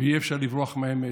ואי-אפשר לברוח מהאמת.